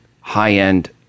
high-end